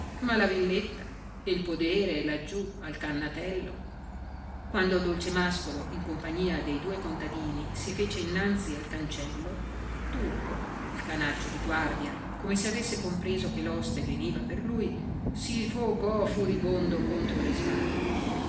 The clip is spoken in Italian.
ma la villetta e il podere laggiù al cannatello quando dolcemàscolo in compagnia de due contadini si fece innanzi al cancello turco il canaccio di guardia come se avesse compreso che l'oste veniva per lui si fogò furibondo contro le sbarre